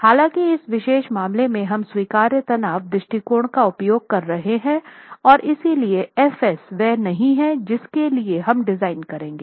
हालांकि इस विशेष मामले में हम स्वीकार्य तनाव दृष्टिकोण का उपयोग कर रहे हैं और इसलिए F s वह नहीं है जिसके लिए हम डिजाइन करेंगे